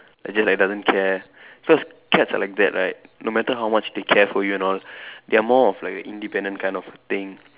and just like doesn't care cause cats are like that right no matter how much they care for you and all they are more of like independent kind of thing